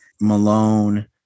Malone